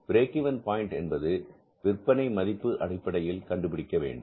break even point என்பது விற்பனை மதிப்பு அடிப்படையில் கண்டுபிடிக்க வேண்டும்